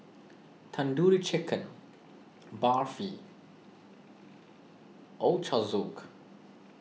Tandoori Chicken Barfi Ochazuke